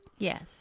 Yes